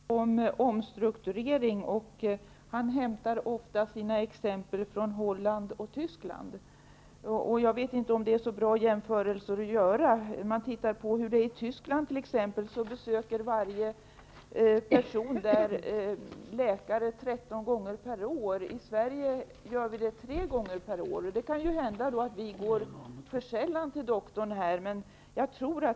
Herr talman! Johan Brohult talar om omstrukturering. Han hämtar ofta sina exempel från Holland och Tyskland. Jag vet inte om det är så bra att göra sådana jämförelser. I Tyskland besöker varje person en läkare 13 gånger per år. I Sverige gör vi det tre gånger per år. Det kan hända att vi går för sällan till doktorn i Sverige.